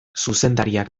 zuzendariak